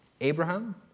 Abraham